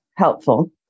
helpful